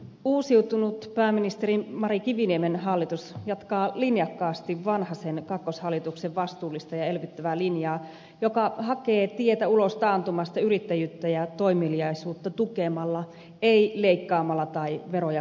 uusiutunut pääministeri mari kiviniemen hallitus jatkaa linjakkaasti vanhasen kakkoshallituksen vastuullista ja elvyttävää linjaa joka hakee tietä ulos taantumasta yrittäjyyttä ja toimeliaisuutta tukemalla ei leikkaamalla tai veroja korottamalla